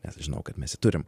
nes aš žinau kad mes jį turim